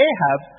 Ahab